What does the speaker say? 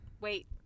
Wait